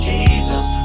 Jesus